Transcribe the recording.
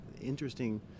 interesting